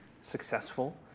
successful